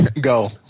Go